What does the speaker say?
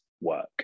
work